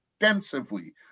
extensively